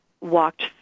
walked